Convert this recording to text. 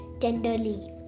tenderly